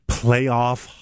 playoff